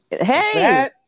Hey